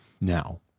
Now